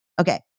Okay